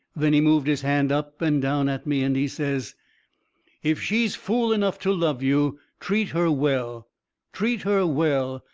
then he moved his hand up and down at me, and he says if she's fool enough to love you, treat her well treat her well.